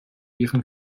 ihren